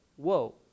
Whoa